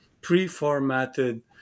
pre-formatted